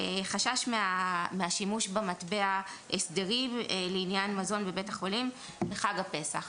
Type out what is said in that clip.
חשש מהשימוש במטבע "הסדרים לעניין מזון בבית החולים בחג הפסח".